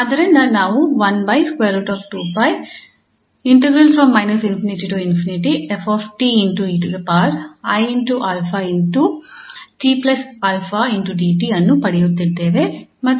ಆದ್ದರಿಂದ ನಾವು ಅನ್ನು ಪಡೆಯುತ್ತಿದ್ದೇವೆ